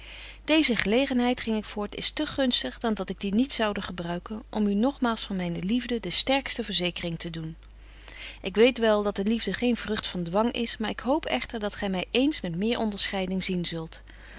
deeze gelegenheid ging ik voort is te gunstig dan dat ik die niet zoude gebruiken om u nogmaal van myne liefde de sterkste verzekering te doen ik weet wel dat de liefde geen vrucht van dwang is maar ik hoop echter dat gy my eens met meer onderscheiding zien zult